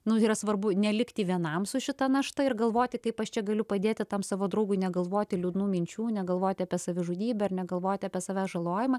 nu yra svarbu nelikti vienam su šita našta ir galvoti kaip aš čia galiu padėti tam savo draugui negalvoti liūdnų minčių negalvoti apie savižudybę ar negalvoti apie savęs žalojimą